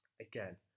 again